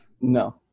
No